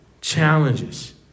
challenges